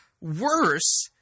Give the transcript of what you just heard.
worse